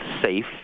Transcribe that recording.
safe